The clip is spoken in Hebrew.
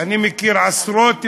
אני מכיר עשרות בני-נוער,